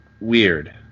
weird